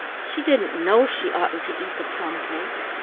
she didn't know she oughtn't to eat the plum-cake.